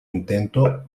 intento